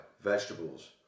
vegetables